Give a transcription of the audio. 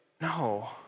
no